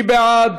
מי בעד?